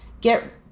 get